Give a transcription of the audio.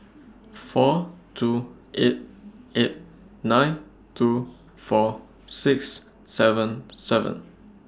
four two eight eight nine two four six seven seven